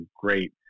great